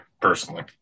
personally